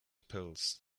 pills